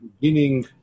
beginning